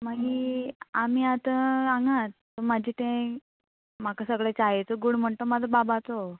मागी आमी आतां हांगात म्हाजें तें म्हाका सगळें चायेचो गूण म्हणटा तो म्हाजो बाबाचो